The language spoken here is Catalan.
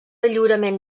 lliurament